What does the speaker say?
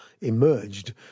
emerged